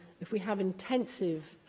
if we have intensive